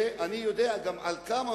ואני יודע גם על כמה